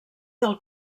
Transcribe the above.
del